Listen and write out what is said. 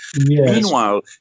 Meanwhile